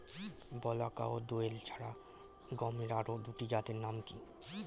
বলাকা ও দোয়েল ছাড়া গমের আরো দুটি জাতের নাম কি?